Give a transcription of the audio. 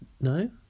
No